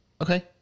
okay